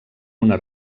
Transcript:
una